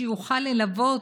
שיוכל ללוות,